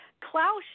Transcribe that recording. Klaus